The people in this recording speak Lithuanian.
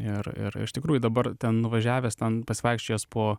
ir ir iš tikrųjų dabar ten nuvažiavęs ten pasivaikščiojęs po